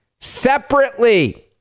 Separately